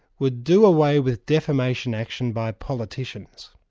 would do away with defamation action by politicians.